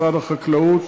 משרד החקלאות,